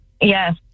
Yes